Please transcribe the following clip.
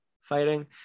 fighting